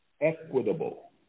equitable